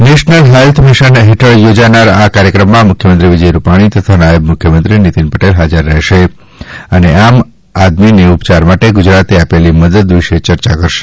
national health mission હેઠળ યોજનાર આ કાર્યક્રમમાં મુખ્યમંત્રી વિજય રૂપાણી તથા નાયબ મુખ્યમંત્રી નિતિનભાઇ પટેલ હાજર રહેશે અને આમ આદમીને ઉપયાર માટે ગુજરાતે આપેલી મદદ વિશે ચર્યા કરશે